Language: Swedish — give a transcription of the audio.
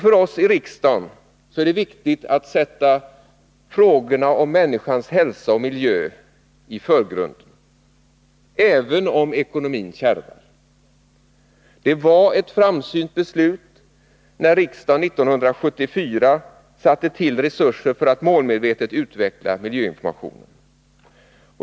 För oss i riksdagen är det viktigt att sätta frågorna om människans hälsa och miljö i förgrunden, även om ekonomin kärvar. Det var ett framsynt beslut, när riksdagen 1974 satte till resurser för att målmedvetet utveckla miljöinformationen.